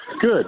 Good